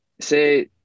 say